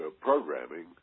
programming